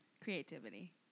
Creativity